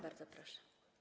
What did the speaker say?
Bardzo proszę.